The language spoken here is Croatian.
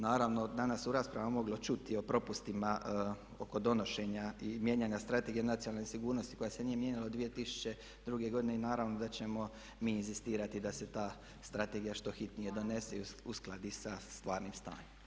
Naravno danas se u raspravama moglo čuti o propustima oko donošenja i mijenjana Strategije nacionalne sigurnosti koja se nije mijenjala od 2002. godine i naravno da ćemo mi inzistirati da se ta strategija što hitnije donese i uskladi sa stvarnim stanjem.